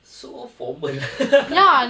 so formal